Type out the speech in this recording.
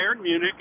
Munich